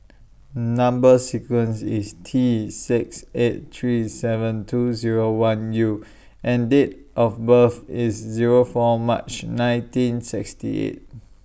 Number sequence IS T six eight three seven two Zero one U and Date of birth IS Zero four March nineteen sixty eight